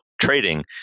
trading